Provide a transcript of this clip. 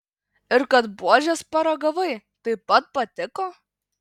ir kad buožės paragavai taip pat patiko